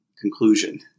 conclusion